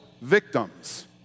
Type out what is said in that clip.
victims